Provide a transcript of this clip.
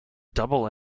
double